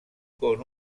con